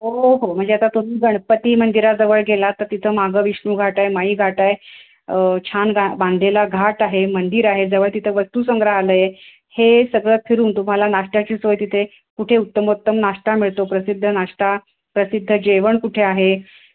हो हो हो म्हणजे आता तुम्ही गणपती मंदिराजवळ गेला तर तिथं मागं विष्णूघाट आहे माईघाट आहे छान गा बांधलेला घाट आहे मंदिर आहे जवळ तिथं वस्तूसंग्रहालय आहे हे सगळं फिरून तुम्हाला नाश्त्याची सोय तिथे कुठे उत्तमोत्तम नाष्टा मिळतो प्रसिद्ध नाष्टा प्रसिद्ध जेवण कुठे आहे